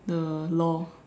the law